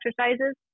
exercises